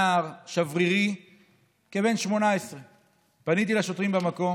נער שברירי כבן 18. פניתי לשוטרים במקום